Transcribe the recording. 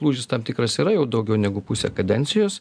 lūžis tam tikras yra jau daugiau negu pusė kadencijos